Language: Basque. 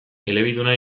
elebiduna